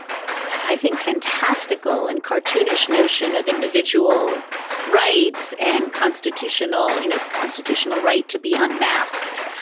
i think, fantastical and cartoonish notion of individual rights and constitutional, you know, the constitutional right to be unmasked.